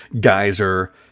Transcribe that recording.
geyser